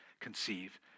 conceive